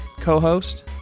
co-host